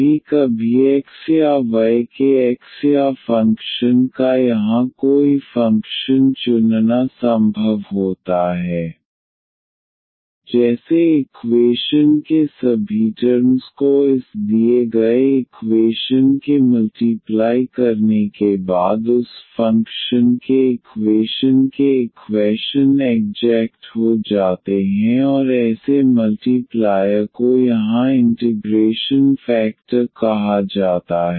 कभी कभी x या y के x या फंक्शन का यहाँ कोई फंक्शन चुनना संभव होता है जैसे इक्वेशन के सभीटर्म्स को इस दिए गए इक्वेशन के मल्टीप्लाई करने के बाद उस फंक्शन के इक्वेशन के इक्वैशन एग्जेक्ट हो जाते हैं और ऐसे मल्टीप्लायर को यहाँ इंटिग्रेशन फेकटर कहा जाता है